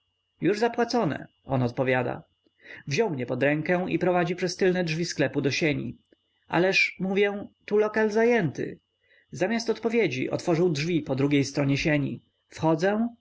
już zapłacone on odpowiada wziął mnie pod rękę i prowadzi przez tylne drzwi sklepu do sieni ależ mówię tu lokal zajęty zamiast odpowiedzi otworzył drzwi po drugiej stronie sieni wchodzę